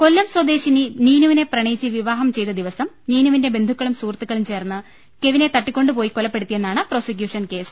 കൊല്ലം സ്വദേശി നീനുവിനെ പ്രണയിച്ച് വിവാഹം ചെയ്ത ദിവസം നീനുവിന്റെ ബന്ധു ക്കളും സുഹൃത്തുക്കളും ചേർന്ന് കെവിനെ തട്ടിക്കൊണ്ടു പോയി കൊല പ്പെടുത്തിയെന്നാണ് പ്രൊസിക്യൂഷൻ കേസ്